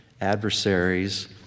adversaries